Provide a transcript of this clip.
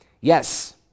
Yes